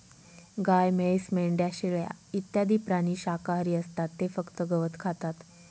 गाय, म्हैस, मेंढ्या, शेळ्या इत्यादी प्राणी शाकाहारी असतात ते फक्त गवत खातात